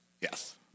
Yes